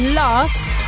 last